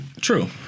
True